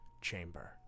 chamber